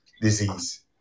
disease